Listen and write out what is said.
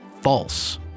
false